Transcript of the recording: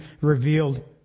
revealed